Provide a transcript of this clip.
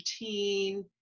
routine